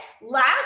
Last